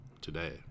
today